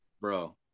Bro